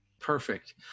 Perfect